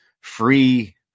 free